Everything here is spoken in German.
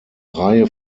reihe